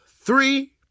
three